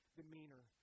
demeanor